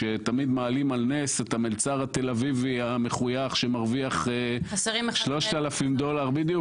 שתמיד מעלים על נס את המלצר התל אביבי המחויך שמרוויח 3,000$ בחודש,